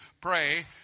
pray